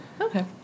Okay